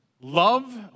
Love